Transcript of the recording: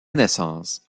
naissance